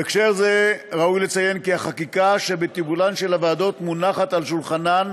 בהקשר זה ראוי לציין כי החקיקה שבטיפולן של הוועדות מונחת על שולחנן